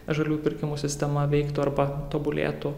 žaliųjų pirkimų sistema veiktų arba tobulėtų